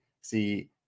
See